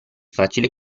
facile